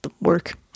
work